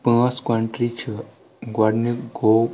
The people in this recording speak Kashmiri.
پانٛژھ کنٹری چھِ گۄڈٕنیُک گوٚو